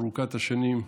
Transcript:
ארוכת השנים.